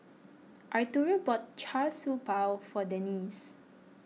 Arturo bought Char Siew Bao for Denice